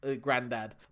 granddad